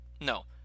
No